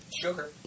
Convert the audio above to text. sugar